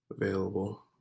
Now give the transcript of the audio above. available